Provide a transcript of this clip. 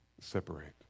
separate